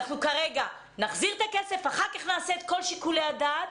אנחנו נחזיר את הכסף ונעשה אחר כך את כל שיקולי הדעת